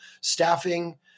staffing